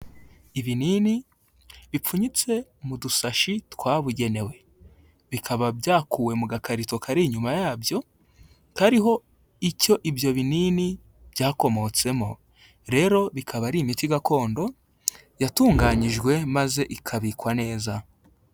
Ibinini bipfunyitse mu dusashi twabugenewe, bikaba byakuwe mu gakarito kari inyuma yabyo, kariho icyo ibyo binini byakomotsemo, rero bikaba ari imiti gakondo yatunganyijwe maze ikabikwa neza.